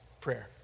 prayer